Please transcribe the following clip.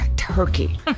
Turkey